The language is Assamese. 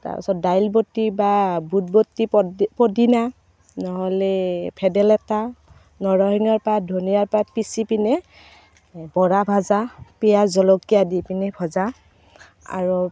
তাৰপাছত দাইল বটি বা বুট বটি পদ্দি পদিনা নহ'লে ভেদাইলতা নৰসিংহৰ পাত ধনিয়াৰ পাত পিচি পিনে বৰা ভজা পিঁয়াজ জলকীয়া দি পিনে ভজা আৰু